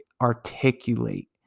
articulate